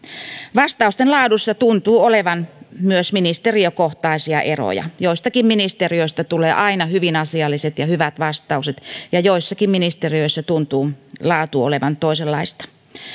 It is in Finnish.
vastausten laadussa tuntuu olevan myös ministeriökohtaisia eroja joistakin ministeriöistä tulee aina hyvin asialliset ja hyvät vastaukset ja joissakin ministeriöissä tuntuu laatu olevan toisenlaista